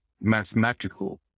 mathematical